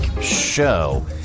show